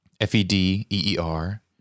F-E-D-E-E-R